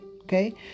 okay